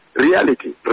reality